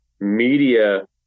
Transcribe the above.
media